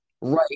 Right